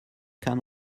can